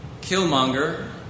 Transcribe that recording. Killmonger